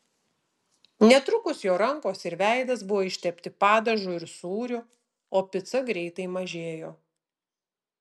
netrukus jo rankos ir veidas buvo ištepti padažu ir sūriu o pica greitai mažėjo